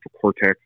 cortex